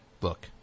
Look